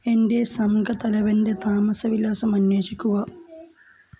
എൻ്റെ സംഘതലവൻ്റെ താമസ വിലാസം അന്വേഷിക്കുക